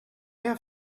have